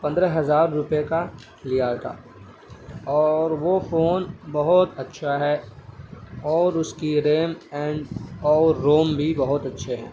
پندرہ ہزار روپیے کا لیا تھا اور وہ فون بہت اچھا ہے اور اس کی ریم اینڈ اور روم بھی بہت اچھے ہیں